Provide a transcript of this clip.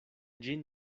ĝin